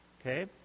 Okay